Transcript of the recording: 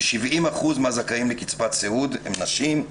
ו-70% מהזכאים לקצבת סיעוד הן נשים.